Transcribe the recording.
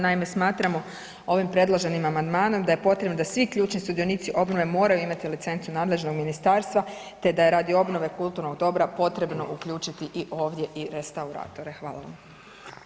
Naime, smatramo ovim predloženim amandmanom da je potrebno da svi ključni sudionici obnove moraju imati licencu nadležnog ministarstva, te da je radi obnove kulturnog dobra potrebno uključiti i ovdje i restauratore.